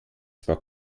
zwar